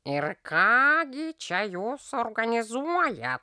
ir ką gi čia jos organizuoja